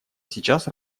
сейчас